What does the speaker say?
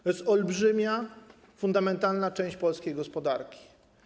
To jest olbrzymia, fundamentalna część polskiej gospodarki.